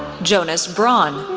jonas braun,